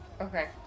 Okay